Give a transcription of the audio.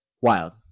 Wild